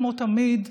כמו תמיד,